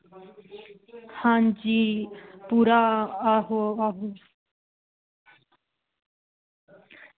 हां जी पूरा आहो आहो